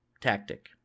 tactic